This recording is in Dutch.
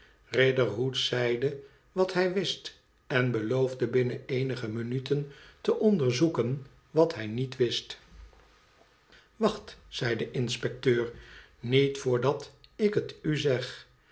riderhood zeide wat hij wist en beloofde binnen eenige minuten te onderzoeken wat hij niet wist wacht zei de inspecteur niet voordat ik het u zeg